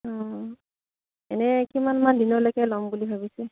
অঁ এনে কিমানমান দিনলৈকে ল'ম বুলি ভাবিছে